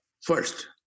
first